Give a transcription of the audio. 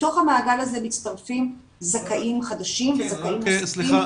לתוך המעגל הזה מצטרפים זכאים חדשים וזכאים נוספים --- נועה,